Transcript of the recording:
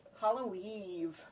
Halloween